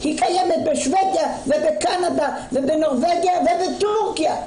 היא קיימת בשבדיה, ובקנדה, ובנורבגיה ובתורכיה.